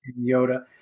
Yoda